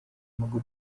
amaguru